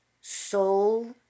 soul